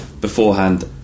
Beforehand